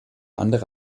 andere